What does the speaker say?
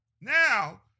Now